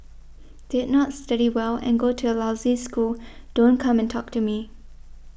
did not study well and go to a lousy school don't come and talk to me